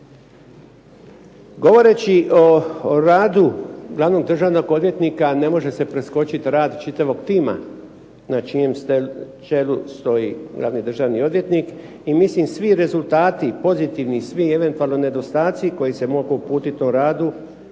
Govoreći o radu glavnog državnog odvjetnika ne može se preskočiti rad čitavog tima na čijem čelu stoji glavni državni odvjetnik i mislim svi rezultati pozitivni, svi eventualno nedostatci koji se mogu uputiti o radu